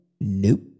Nope